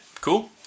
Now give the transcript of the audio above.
cool